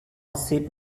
آسیب